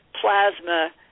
plasma